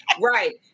Right